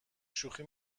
شوخی